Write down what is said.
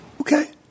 Okay